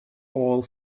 all